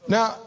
Now